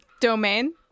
domain